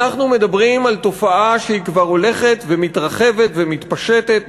אנחנו מדברים על תופעה שכבר הולכת ומתרחבת ומתפשטת,